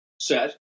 set